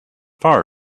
far